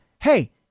hey